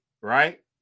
right